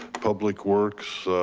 public works.